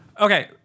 Okay